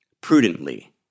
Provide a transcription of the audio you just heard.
prudently